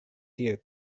tio